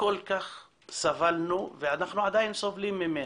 שכל כך סבלנו ואנחנו עדיין סובלים ממנה.